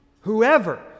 Whoever